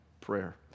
prayer